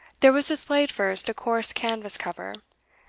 there was displayed first a coarse canvas cover,